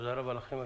תודה רבה לכם.